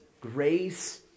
Grace